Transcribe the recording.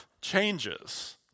changes